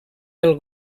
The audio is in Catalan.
pel